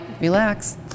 relax